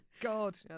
God